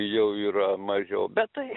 jau yra mažiau bet tai